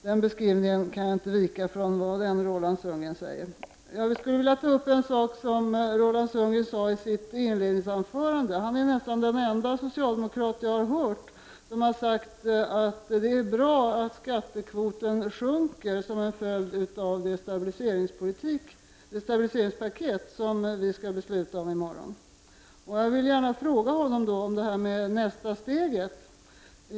Den beskrivningen kan jag inte vika ifrån. Roland Sundgren är nästan den enda socialdemokrat som jag har hört säga att det är bra att skattekvoten sjunker som en följd av det stabiliseringspaket som vi skall besluta om i morgon.